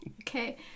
Okay